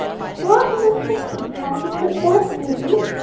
but while he was thinking how he could best do this,